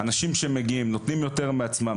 אנשים שמגיעים ונותנים יותר מעצמם,